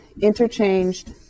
interchanged